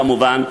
כמובן,